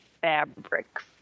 fabric